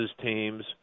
teams